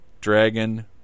Dragon